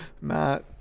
Matt